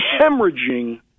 hemorrhaging